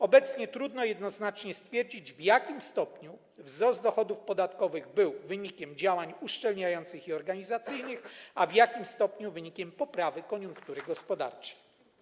Obecnie trudno jednoznacznie stwierdzić, w jakim stopniu wzrost dochodów podatkowych był wynikiem działań uszczelniających i organizacyjnych, a w jakim stopniu - wynikiem poprawy koniunktury gospodarczej.